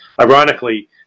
Ironically